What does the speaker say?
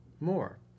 more